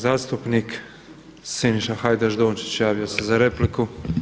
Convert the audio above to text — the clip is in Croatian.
Zastupnik Siniša Hajdaš Dončić javio se za repliku.